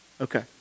Okay